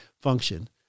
function